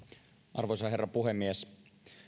arvoisa herra puhemies